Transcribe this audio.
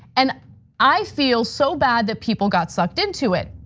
and i feel so bad that people got sucked into it.